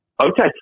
Okay